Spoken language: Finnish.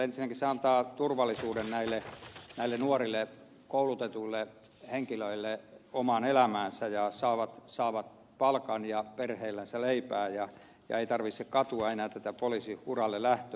ensinnäkin se antaa turvallisuuden näille nuorille koulutetuille henkilöille omaan elämäänsä ja he saavat palkan ja perheellensä leipää eikä tarvitse katua enää tätä poliisin uralle lähtöä